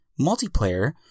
multiplayer